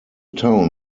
town